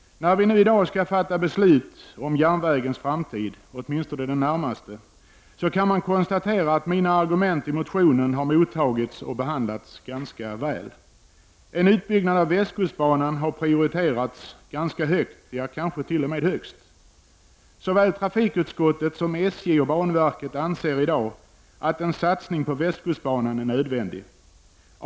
När vi i dag skall fatta beslut om järnvägens framtid, åtminstone den närmaste, kan jag konstatera att mina argument i motionen har mottagits och behandlats ganska väl. En utbyggnad av västkustbanan har givits ganska hög prioritet, ja, kanske t.o.m. högst. Såväl trafikutskottet som SJ och banverket anser i dag att en satsning på västkustbanan är nödvändig.